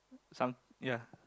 some ya